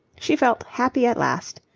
she felt happy at last.